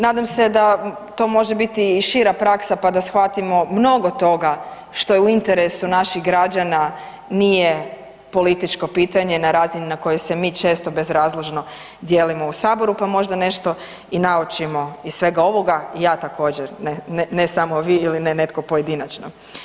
Nadam se da to može biti i šira praksa, pa da shvatimo mnogo toga što je u interesu naših građana nije političko pitanje na razini na koji se mi često bezrazložno dijelimo u Saboru, pa možda nešto i naučimo iz svega ovoga, ja također ne samo vi ili netko pojedinačno.